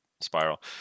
Spiral